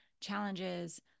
challenges